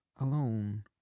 alone